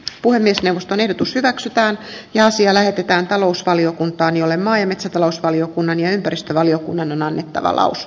puhemiesneuvoston ehdotus hyväksytään ja asia lähetetään talousvaliokuntaan jolle maa ja metsätalousvaliokunnan ja ympäristövaliokunnan on annettava laus